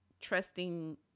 trusting